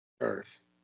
Earth